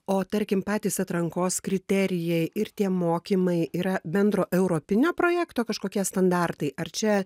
o tarkim patys atrankos kriterijai ir tie mokymai yra bendro europinio projekto kažkokie standartai ar čia